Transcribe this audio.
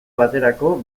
baterako